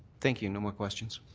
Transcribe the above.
thank you. no more questions.